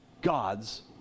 God's